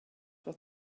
for